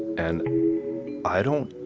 and i don't